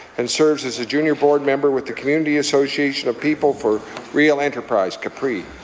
and serves as a junior board member with the community association of people for real enterprise capre.